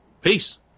Peace